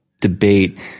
debate